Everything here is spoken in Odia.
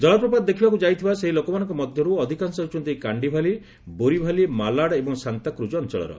ଜଳପ୍ରପାତ ଦେଖିବାକୁ ଯାଇଥିବା ସେହି ଲୋକମାନଙ୍କ ମଧ୍ୟରୁ ଅଧିକାଂଶ ହେଉଛନ୍ତି କାଣ୍ଡିଭାଲି ବୋରିଭାଲି ମାଲାଡ୍ ଏବଂ ସାନ୍ତାକୂଜ୍ ଅଞ୍ଚଳର